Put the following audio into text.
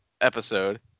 episode